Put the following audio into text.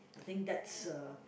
I think that's a